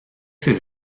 ses